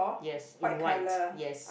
yes in white yes